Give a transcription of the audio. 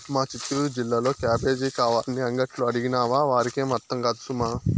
మా చిత్తూరు జిల్లాలో క్యాబేజీ కావాలని అంగట్లో అడిగినావా వారికేం అర్థం కాదు సుమా